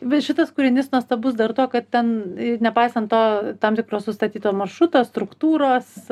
bet šitas kūrinys nuostabus dar tuo kad ten nepaisant to tam tikro sustatyto maršruto struktūros